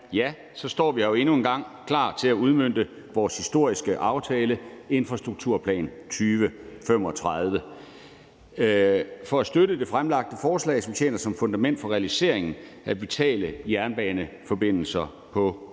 Så står vi her jo endnu en gang, klar til at udmønte vores historiske »Aftale om Infrastrukturplan 2035« ved at støtte det fremlagte forslag, som tjener som fundament for realiseringen af vitale jernbaneforbindelser på